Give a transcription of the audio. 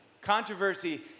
controversy